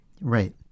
Right